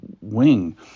wing